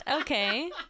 Okay